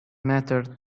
mattered